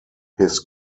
his